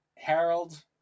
Harold